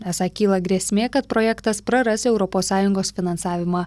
esą kyla grėsmė kad projektas praras europos sąjungos finansavimą